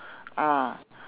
ah